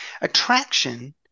Attraction